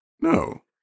no